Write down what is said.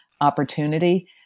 opportunity